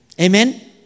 Amen